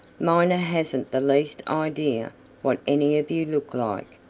miner hasn't the least idea what any of you look like.